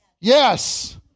Yes